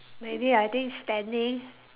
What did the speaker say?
maybe I think standing